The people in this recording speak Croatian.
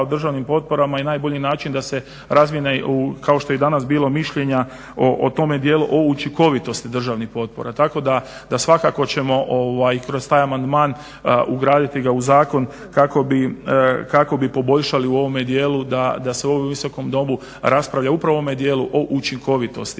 o državnim potporama i najbolji način da se razmijene kao što je i danas bilo mišljenja o tome dijelu, o učinkovitosti državnih potpora. Tako da svakako ćemo i kroz taj amandman ugraditi ga u zakon kako bi poboljšali u ovome dijelu da se u ovom Visokom domu raspravlja upravo u ovome dijelu o učinkovitosti.